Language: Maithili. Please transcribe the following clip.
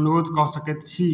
अनुरोध कऽ सकैत छी